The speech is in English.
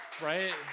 Right